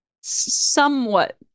somewhat